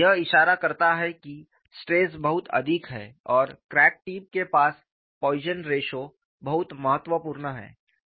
यह इशारा करता है कि स्ट्रेस बहुत अधिक है और क्रैक टिप के पास पॉइसन रेश्यो बहुत महत्वपूर्ण है